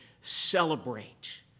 celebrate